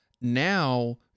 now